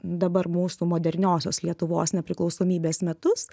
dabar mūsų moderniosios lietuvos nepriklausomybės metus